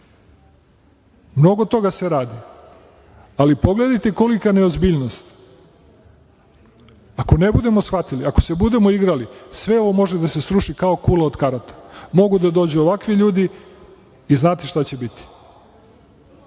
Mnogo toga se radi, ali pogledajte kolika neozbiljnost. Ako ne budemo shvatili, ako se budemo igrali sve ovo može da se sruši kao kula od karata. Mogu da dođu ovakvi ljudi i znate šta će biti.